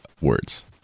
words